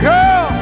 Girl